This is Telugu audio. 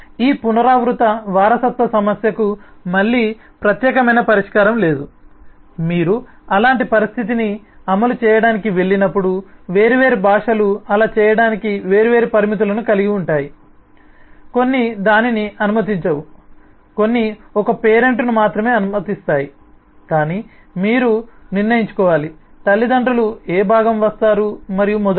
ఈ పునరావృత వారసత్వ సమస్యకు మళ్ళీ ప్రత్యేకమైన పరిష్కారం లేదు మీరు అలాంటి పరిస్థితిని అమలు చేయడానికి వెళ్ళినప్పుడు వేర్వేరు భాషలు అలా చేయటానికి వేర్వేరు పరిమితులను కలిగి ఉంటాయి కొన్ని దానిని అనుమతించవు కొన్ని ఒక పేరెంట్ను మాత్రమే అనుమతిస్తాయి కాని మీరు నిర్ణయించుకోవాలి తల్లిదండ్రులు ఏ భాగం వస్తారు మరియు మొదలైనవి